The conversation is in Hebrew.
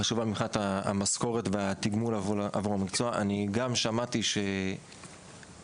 המשכורת והתגמול הם נקודה חשובה אבל אני גם שמעתי שמנסים